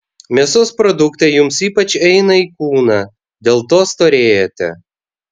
mėsos produktai jums ypač eina į kūną dėl to storėjate